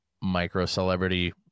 micro-celebrity